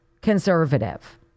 conservative